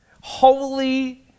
holy